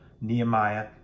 Nehemiah